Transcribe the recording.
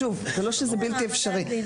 שוב, לא שזה בלתי אפשרי.